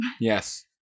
Yes